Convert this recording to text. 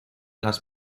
las